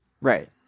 Right